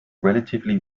relatively